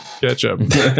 ketchup